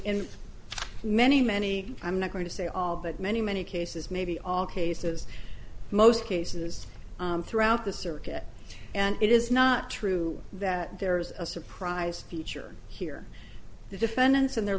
n many many i'm not going to say all but many many cases maybe all cases most cases throughout the circuit and it is not true that there is a surprise feature here the defendants and their